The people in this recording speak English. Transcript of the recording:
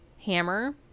hammer